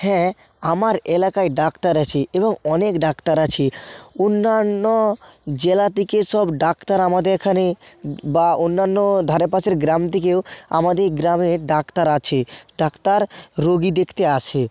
হ্যাঁ আমার এলাকায় ডাক্তার আছে এবং অনেক ডাক্তার আছে অন্যান্য জেলা থেকে সব ডাক্তার আমাদের এখানে বা অন্যান্য ধারে পাশের গ্রাম থেকেও আমাদের গ্রামে ডাক্তার আছে ডাক্তার রুগি দেখতে আসে